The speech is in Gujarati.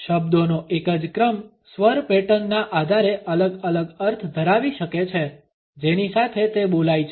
શબ્દોનો એક જ ક્રમ સ્વર પેટર્ન ના આધારે અલગ અલગ અર્થ ધરાવી શકે છે જેની સાથે તે બોલાય છે